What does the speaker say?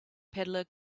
peddler